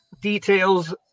details